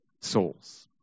souls